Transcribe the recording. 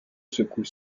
secoue